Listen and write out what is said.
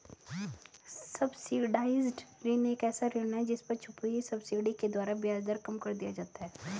subsidised ऋण एक ऐसा ऋण है जिस पर छुपी हुई सब्सिडी के द्वारा ब्याज दर कम कर दिया जाता है